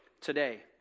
today